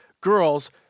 girls